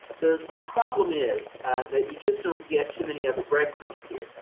the the problem is that you just don't get too many other bread crumbs here.